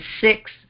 six